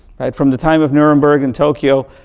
from the time of nuremberg in tokyo,